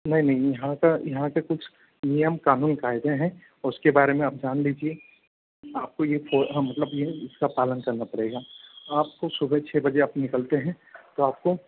नहीं नहीं यहाँ का यहाँ का कुछ नियम कानून कायदे है उसके बारे में आप जान लीजिए आपको ये फोरम मतलब ये सब का पालन करना पड़ेगा आपको सुबह छ बजे आप निकलते हैं तो आपको